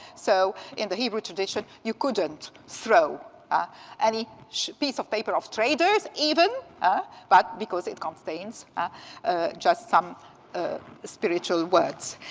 so in the hebrew tradition, you couldn't throw any piece of paper of traders even but because it contains just some spiritual words.